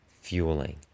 fueling